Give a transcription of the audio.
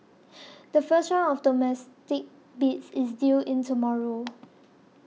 the first round of domestic bids is due in tomorrow